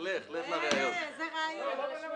טבע,